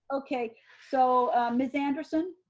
okay so miss anderson?